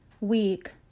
week